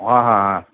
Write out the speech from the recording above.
हां हां हां